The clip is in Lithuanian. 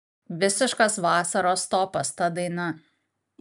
visiškas vasaros topas ta daina